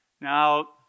Now